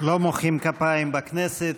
לא מוחאים כפיים בכנסת,